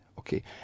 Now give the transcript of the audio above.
Okay